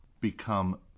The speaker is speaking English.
become